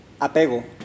Apego